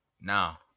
Now